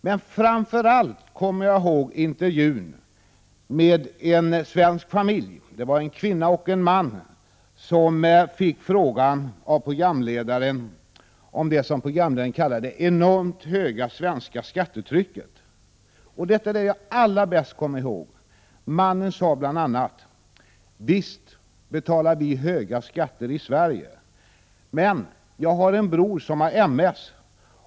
Men framför allt kom jag ihåg intervjun med en svensk familj, det var en kvinna och en man, som fick frågan av programledaren om det som kallades det enormt höga svenska skattetrycket. Det jag allra bäst kommer ihåg är att mannen bl.a. sade: Visst betalar vi höga skatter i Sverige. Men, jag har en bror som har MS.